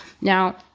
Now